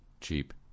cheap